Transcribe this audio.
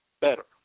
better